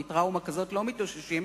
מטראומה כזאת לא מתאוששים,